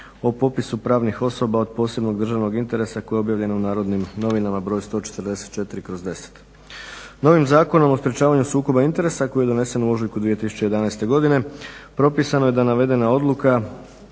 o popisu pravnih osoba od posebnog državnog interesa koje je objavljeno u "Narodnim novinama" broj 144/10. Novim Zakonom o sprječavanju sukoba interesa koji je donesen u ožujku 2011. godine propisano je da navedena odluka